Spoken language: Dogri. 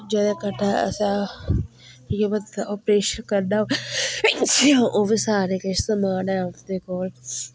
जेह्दे कन्नै असें जियां बंदे दा ओपरेशन करना होऐ ओह् बी सारे किश समान ऐ उसदे कोल